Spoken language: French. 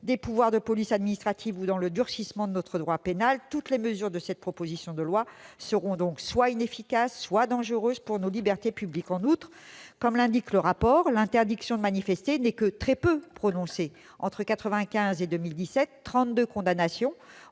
des pouvoirs de police administrative ou dans le durcissement de notre droit pénal. Toutes les mesures de cette proposition de loi seront soit inefficaces, soit dangereuses pour nos libertés publiques. En outre, comme l'indique le rapport, l'interdiction de manifester n'est que très peu prononcée : entre 1995 et 2017, seules 32 condamnations